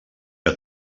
que